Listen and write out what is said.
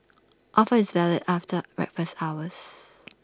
offer is valid after breakfast hours